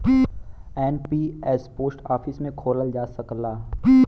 NPS post office में खोलल जा सकला